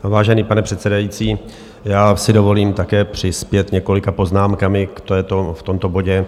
Vážený pane předsedající, já si dovolím také přispět několika poznámkami v tomto bodě.